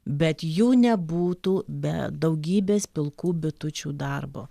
bet jų nebūtų be daugybės pilkų bitučių darbo